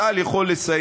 צה"ל יכול לסייע,